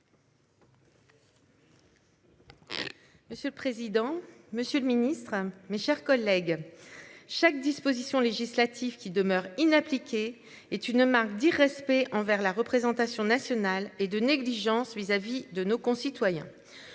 Monsieur le président, Monsieur le Ministre, mes chers collègues. Chaque disposition législative qui demeurent inappliquées est une marque d'irrespect envers la représentation nationale et de négligence vis-à-vis de nos concitoyens.